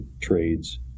trades